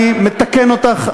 אני מתקן אותך,